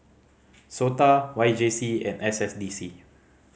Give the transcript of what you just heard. SOTA Y J C and S S D C